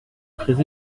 très